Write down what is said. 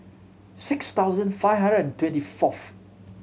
six thousand five hundred and twenty fourth